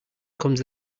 comes